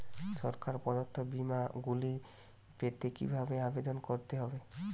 সরকার প্রদত্ত বিমা গুলি পেতে কিভাবে আবেদন করতে হবে?